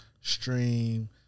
stream